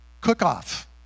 cook-off